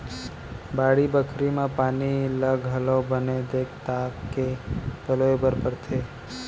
बाड़ी बखरी म पानी ल घलौ बने देख ताक के पलोय बर परथे